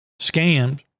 scammed